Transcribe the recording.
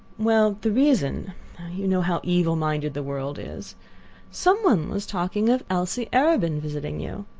well, the reason you know how evil-minded the world is some one was talking of alcee arobin visiting you.